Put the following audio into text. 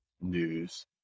news